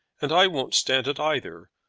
and i won't stand it, either.